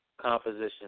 composition